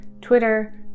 Twitter